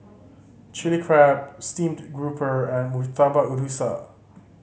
Chilli Crab steamed grouper and Murtabak Rusa